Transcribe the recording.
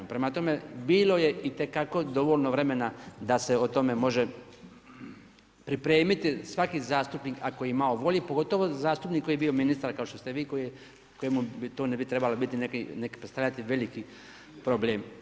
Prema tome, bilo je itekako dovoljno vremena da se o tome može pripremiti svaki zastupnik ako je imao volje i pogotovo zastupnik koji je bio ministar kao što ste vi kojemu to ne bi trebalo predstavljati neki veliki problem.